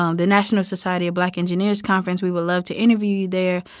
um the national society of black engineers conference we would love to interview you there.